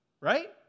Right